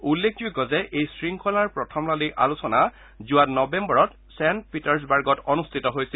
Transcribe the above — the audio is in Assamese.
উল্লেখযোগ্য যে এই শৃংখলাৰ প্ৰথমলানি আলোচনা যোৱা নৱেম্বৰত ছেণ্ট পিটাৰ্ছবাৰ্গত অনুষ্ঠিত হৈছিল